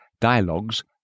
dialogues